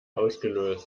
ausgelöst